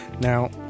Now